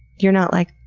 you're not like,